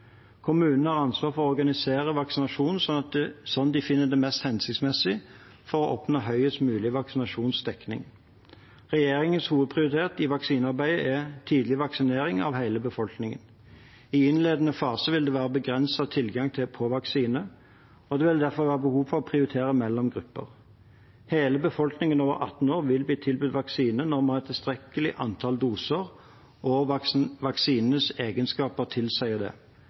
Kommunene har ansvar for å organisere vaksinasjonen slik de finner det mest hensiktsmessig, for å oppnå høyest mulig vaksinasjonsdekning. Regjeringens hovedprioritet i vaksinearbeidet er tidlig vaksinering av hele befolkningen. I innledende fase vil det være begrenset tilgang på vaksine, og det vil derfor være behov for å prioritere mellom grupper. Hele befolkningen over 18 år vil bli tilbudt vaksine når vi har et tilstrekkelig antall doser og vaksinens egenskaper tilsier det, dersom det er faglig grunnlag for å anbefale vaksinasjon. Det